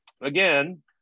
again